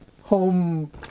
home